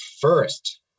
first